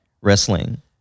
wrestling